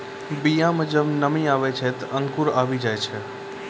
बीया म जब नमी आवै छै, त अंकुर आवि जाय छै